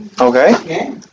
Okay